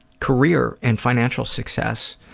career and financial success.